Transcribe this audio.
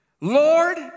Lord